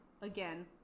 again